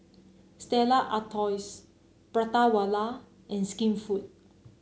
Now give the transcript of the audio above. Stella Artois Prata Wala and Skinfood